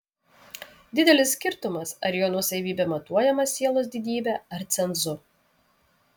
didelis skirtumas ar jo nuosavybė matuojama sielos didybe ar cenzu